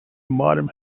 modern